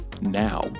now